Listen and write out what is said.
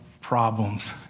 Problems